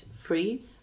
free